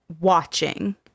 watching